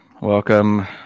Welcome